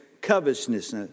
covetousness